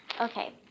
Okay